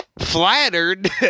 flattered